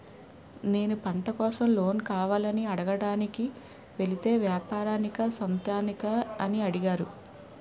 నేను పంట కోసం లోన్ కావాలని అడగడానికి వెలితే వ్యాపారానికా సొంతానికా అని అడిగారు